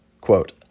quote